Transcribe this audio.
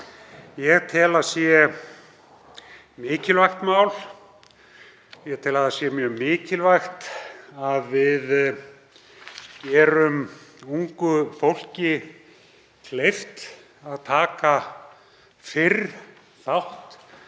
ég tel að sé mikilvægt. Ég tel að það sé mjög mikilvægt að við gerum ungu fólki kleift að taka fyrr þátt